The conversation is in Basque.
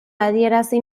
adierazi